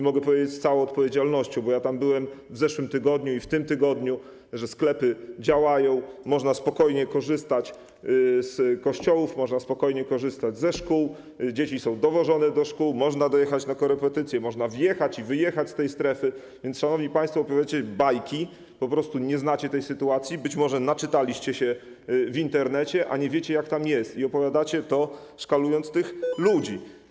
Mogę powiedzieć z całą odpowiedzialnością, bo ja tam byłem w zeszłym tygodniu i w tym tygodniu, że sklepy działają, można spokojnie korzystać z kościołów, można spokojnie korzystać ze szkół, dzieci są dowożone do szkół, można dojechać na korepetycje, można wjechać i wyjechać z tej strefy, więc, szanowni państwo, opowiadacie bajki, nie znacie tej sytuacji, być może naczytaliście się w Internecie, a nie wiecie, jak tam jest, i opowiadacie to, szkalując tych ludzi.